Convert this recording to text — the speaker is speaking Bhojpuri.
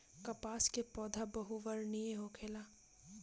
कपास के पौधा बहुवर्षीय होखेला